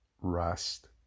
rest